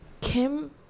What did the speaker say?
Kim